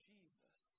Jesus